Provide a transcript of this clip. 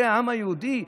זה העם היהודי,